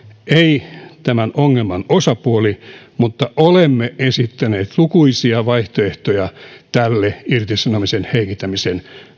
ei ole tämän ongelman osapuoli mutta olemme esittäneet lukuisia vaihtoehtoja tälle irtisanomisen heikentämisen